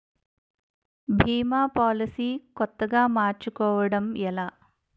భీమా policy కొత్తగా మార్చుకోవడం ఎలా?